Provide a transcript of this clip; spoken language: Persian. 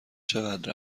چقدر